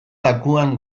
lakuan